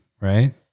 right